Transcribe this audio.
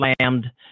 slammed